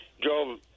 drove